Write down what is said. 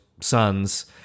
sons